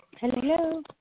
hello